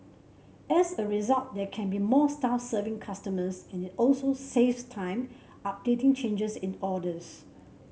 as a result there can be more staff serving customers and it also saves time updating changes in orders